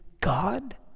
God